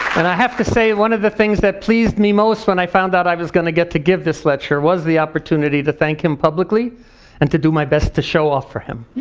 and i have to say, one of the things that pleased me most when i found out i was gonna get to give this lecture was that opportunity to thank him publicly and to do my best to show off for him.